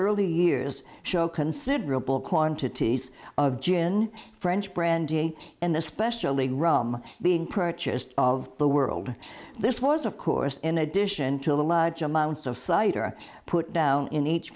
early years show considerable quantities of gin french brandy and especially rum being purchased of the world this was of course in addition to what amounts of cider put down in each